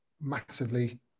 massively